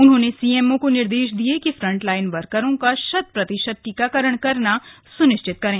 उन्होंने सीएमओ को निर्देश दिये कि फ्रंटलाइन वर्करों का शत प्रतिशत टीकाकरण करना स्निश्चित करें